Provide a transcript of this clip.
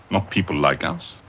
not people like us.